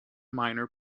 minor